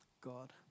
God